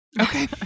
okay